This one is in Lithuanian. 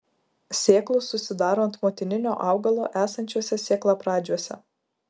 sėklos susidaro ant motininio augalo esančiuose sėklapradžiuose